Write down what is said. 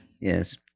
Yes